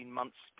months